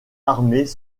armés